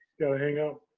so hang up.